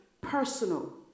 personal